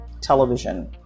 television